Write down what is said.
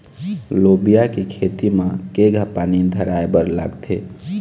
लोबिया के खेती म केघा पानी धराएबर लागथे?